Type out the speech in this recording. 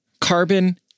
Carbon